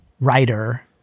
writer